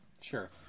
sure